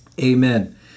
amen